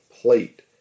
plate